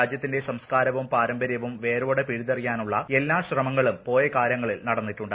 രാജ്യത്തിന്റെ സംസ് കാരവും പാരമ്പര്യവും വേരോടെ പിഴുതെറിയാനുള്ള എല്ലാ ശ്രമങ്ങളും പോയ കാലങ്ങളിൽ നടന്നിട്ടുണ്ട്